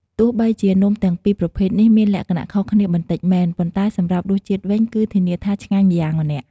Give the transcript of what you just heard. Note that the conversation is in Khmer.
ទោះបីជានំទាំងពីរប្រភេទនេះមានលក្ខណៈខុសគ្នាបន្តិចមែន ប៉ុន្តែសម្រាប់រសជាតិវិញ គឺធានាថាឆ្ងាញ់ម្យ៉ាងម្នាក់។